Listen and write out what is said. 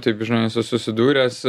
taip žinai esi susidūręs